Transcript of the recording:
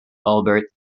albert